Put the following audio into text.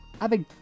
avec